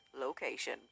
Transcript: location